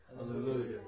Hallelujah